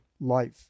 life